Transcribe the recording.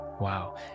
Wow